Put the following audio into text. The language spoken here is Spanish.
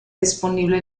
disponible